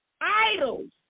Idols